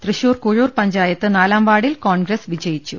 തൃശൂർ കുഴൂർ പഞ്ചായത്ത് നാലാം വാർഡിൽ കോൺഗ്രസ് വിജയിച്ചു